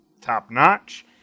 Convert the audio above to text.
top-notch